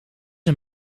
een